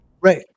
Right